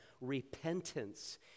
Repentance